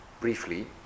Briefly